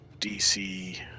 DC